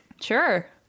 sure